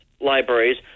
Libraries